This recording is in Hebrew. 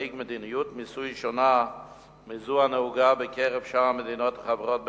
תנהיג מדיניות מיסוי שונה מזו הנהוגה בקרב שאר המדינות החברות בארגון.